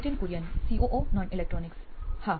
Nithin Kurien COO નોઇન electronics હા